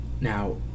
Now